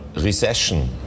recession